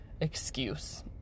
excuse